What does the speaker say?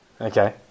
Okay